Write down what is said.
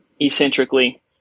eccentrically